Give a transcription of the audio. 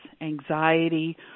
anxiety